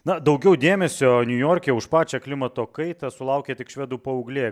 na daugiau dėmesio niujorke už pačią klimato kaitą sulaukė tik švedų paauglė